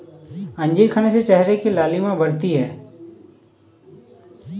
अंजीर खाने से चेहरे की लालिमा बढ़ती है